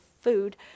food